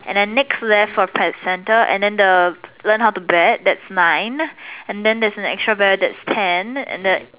and then Nick left for placenta and the learn how to bet that's nine and then there's an extra barrel that's ten and the